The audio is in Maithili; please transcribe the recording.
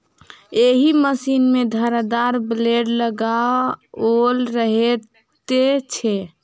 एहि मशीन मे धारदार ब्लेड लगाओल रहैत छै